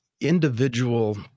Individual